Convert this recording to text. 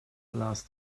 lars